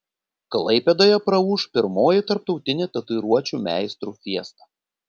klaipėdoje praūš pirmoji tarptautinė tatuiruočių meistrų fiesta